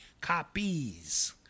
Copies